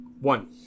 One